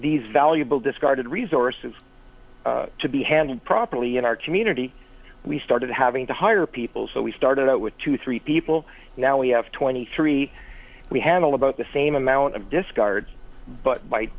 these valuable discarded resources to be handled properly in our community we started having to hire people so we started out with two three people now we have twenty three we handle about the same amount of discards but by